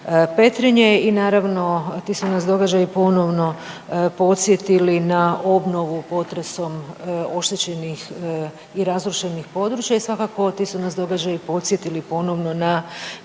Petrinje i naravno ti su nas događaji ponovno podsjetili na obnovu potresom oštećenih i razrušenih područja i svakako ti su nas događaji podsjetili ponovo na